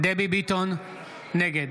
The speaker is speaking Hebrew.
נגד